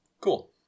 Cool